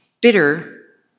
bitter